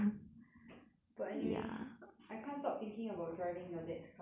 but anyway I can't stop thinking about driving your dad's car suddenly